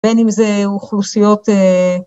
‫בין אם זה אוכלוסיות...